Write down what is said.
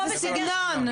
איזה סגנון.